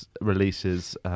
releases